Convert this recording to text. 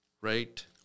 Right